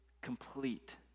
complete